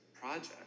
project